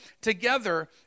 together